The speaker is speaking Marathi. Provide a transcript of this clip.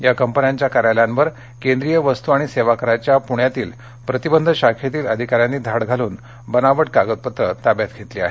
या कंपन्यांच्या कार्यालयांवर केंद्रीय वस्तू आणि सेवा कराच्या पुण्यातील प्रतिबंध शाखेतील अधिकाऱ्यांनी धाड घालून बनावट कागदपत्रे ताब्यात घेतली आहेत